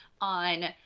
on